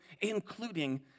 including